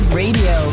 radio